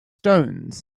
stones